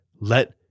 Let